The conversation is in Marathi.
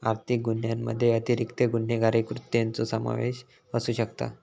आर्थिक गुन्ह्यामध्ये अतिरिक्त गुन्हेगारी कृत्यांचो समावेश असू शकता